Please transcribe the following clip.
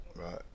right